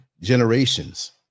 generations